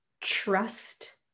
trust